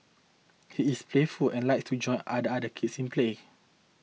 he is playful and likes to join other other kids in play